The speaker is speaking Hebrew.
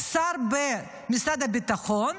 שר במשרד הביטחון,